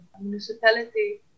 municipality